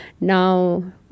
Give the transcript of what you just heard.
Now